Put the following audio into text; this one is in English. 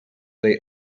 they